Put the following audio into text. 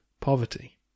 poverty